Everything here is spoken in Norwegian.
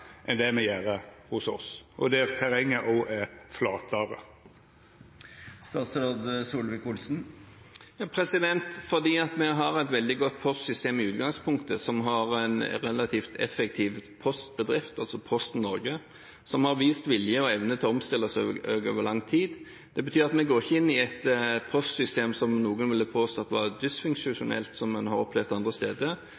enn det me gjer hos oss, og der terrenget òg er flatare. Det er fordi vi har et veldig godt postsystem i utgangspunktet, med en relativt effektiv postbedrift, altså Posten Norge, som har vist vilje og evne til å omstille seg over lang tid. Det betyr at vi går ikke inn i et postsystem som noen ville påstått var dysfunksjonelt, slik en har opplevd andre steder.